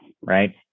right